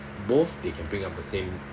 both they can bring up the same